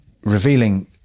revealing